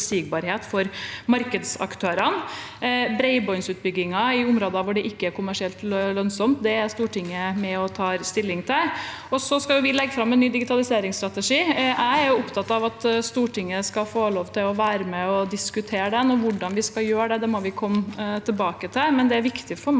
for markedsaktørene. Bredbåndsutbyggingen i områder hvor det ikke er kommersielt lønnsomt, er Stortinget med og tar stilling til. Vi skal legge fram en ny digitaliseringsstrategi. Jeg er opptatt av at Stortinget skal få lov til å være med og diskutere den. Hvordan vi skal gjøre det, må vi komme tilbake til, men det er viktig for meg